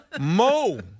Mo